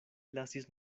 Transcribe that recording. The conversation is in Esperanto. lasis